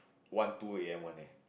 one two A_M one eh